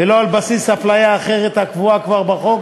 ולא על בסיס הפליה אחרת הקבועה כבר בחוק